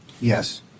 Yes